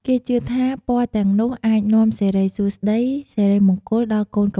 គេជឿថាពណ៌ទាំងនោះអាចនាំសេរីសួស្តី សេរីមង្គលដល់កូនកំលោះ កូនក្រមុំ។